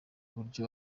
buryo